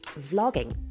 vlogging